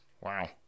Wow